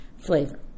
flavor